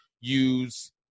use